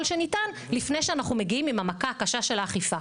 שניתן לפני שאנחנו מגיעים עם המכה הקשה של האכיפה.